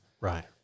Right